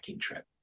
trip